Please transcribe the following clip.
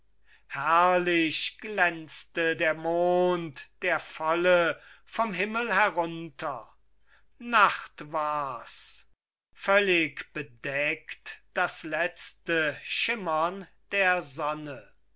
herrlich glänzte der mond der volle vom himmel herunter nacht war's völlig bedeckt das letzte schimmern der sonne